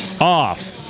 off